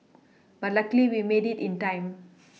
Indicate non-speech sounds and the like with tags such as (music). (noise) but luckily we made it in time (noise)